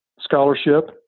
scholarship